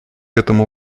этому